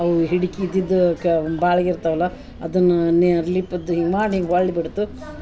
ಅವು ಹಿಡಿಕಿ ಇದ್ದಿದಕ ಒಂದು ಬಾಳಿಗೆ ಇರ್ತವಲ್ಲಾ ಅದನ್ನ ನೇರ್ಲಿಪದ್ ಹಿಂಗೆ ಮಾಡಿ ಹಿಂಗೆ ಒಳ್ಳಿ ಬಿಡ್ತು